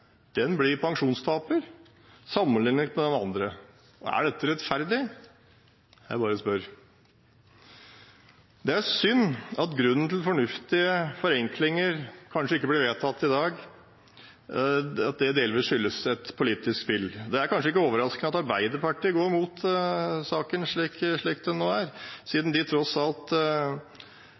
den andre. Er dette rettferdig? Jeg bare spør. Det er synd at grunnen til at fornuftige forenklinger kanskje ikke blir vedtatt i dag, delvis skyldes et politisk spill. Det er kanskje ikke overraskende at Arbeiderpartiet går mot saken slik det nå er, siden de tross alt